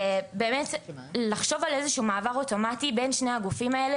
באמת לחשוב על איזשהו מעבר אוטומטי בין שני הגופים האלה,